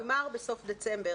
ההסמכה נגמרת בסוף דצמבר